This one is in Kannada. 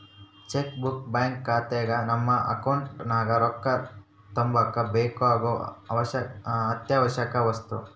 ಚೆಕ್ ಬುಕ್ ಬ್ಯಾಂಕ್ ಶಾಖೆಗ ನಮ್ಮ ಅಕೌಂಟ್ ನಗ ರೊಕ್ಕ ತಗಂಬಕ ಬೇಕಾಗೊ ಅತ್ಯಾವಶ್ಯವಕ ವಸ್ತು